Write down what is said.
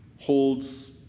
holds